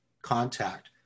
contact